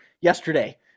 yesterday